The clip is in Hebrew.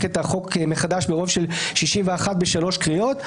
את החוק מחדש ברוב של 61 ב-3 קריאות,